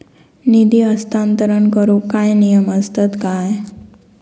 निधी हस्तांतरण करूक काय नियम असतत काय?